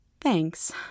Thanks